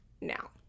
Now